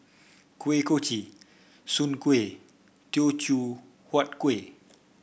Kuih Kochi Soon Kuih Teochew Huat Kueh